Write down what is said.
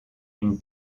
une